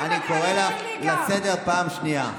אני קורא אותך לסדר פעם ראשונה.